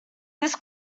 this